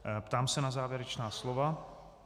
Ptám se na závěrečná slova.